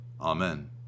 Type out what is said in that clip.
Amen